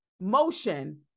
Motion